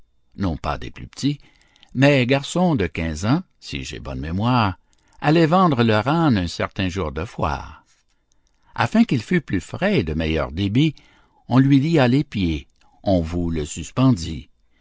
non pas des plus petits mais garçon de quinze ans si j'ai bonne mémoire allaient vendre leur âne un certain jour de foire afin qu'il fût plus frais et de meilleur débit on lui lia les pieds on vous le suspendit